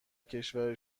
کشور